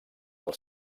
del